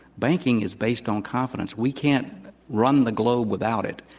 banking is based on confidence. we can't run the globe without it.